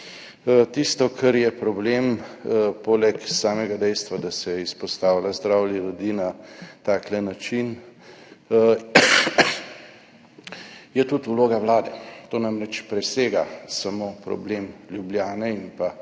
Tisto, kar je problem, poleg samega dejstva, da se izpostavlja zdravje ljudi na tak način, je tudi vloga Vlade. To namreč presega samo problem Ljubljane in